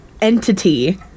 entity